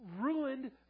ruined